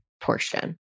portion